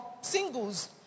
singles